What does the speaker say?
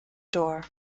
door